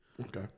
Okay